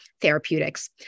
therapeutics